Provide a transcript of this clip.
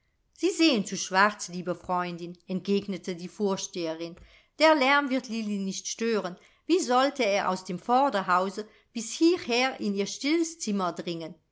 sie sehen zu schwarz liebe freundin entgegnete die vorsteherin der lärm wird lilli nicht stören wie sollte er aus dem vorderhause bis hierher in ihr stilles zimmer dringen